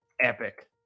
epic